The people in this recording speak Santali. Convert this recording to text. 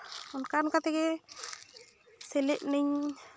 ᱚᱱᱠᱟ ᱚᱱᱠᱟ ᱛᱮᱜᱮ ᱥᱮᱞᱮᱫ ᱮᱱᱟᱹᱧ